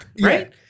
right